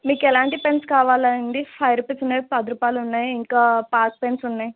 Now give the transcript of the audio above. మీకు ఎలాంటి పెన్స్ కావాలండి ఫైవ్ రూపీస్ ఉన్నాయి పది రూపాయలున్నాయి ఇంకా పాక్ పెన్స్ ఉన్నాయి